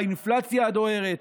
האינפלציה הדוהרת.